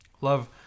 love